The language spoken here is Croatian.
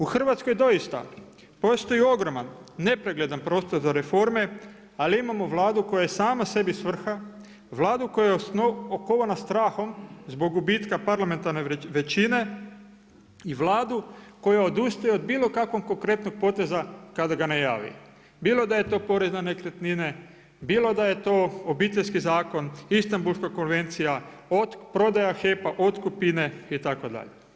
U Hrvatskoj doista postoji ogroman, nepregledan prostor za reforme ali imamo Vladu koja je sama sebi svrha, Vladu koja je okovana strahom zbog gubitka parlamentarne većine i Vladu koja odustaje od bilo kakvog konkretnog poteza kada ga najavi bilo da je to porez na nekretnine, bilo da je to Obiteljski zakon, Istanbulska konvencija, prodaja HEP-a, otkupine itd.